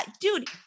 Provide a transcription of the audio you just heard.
dude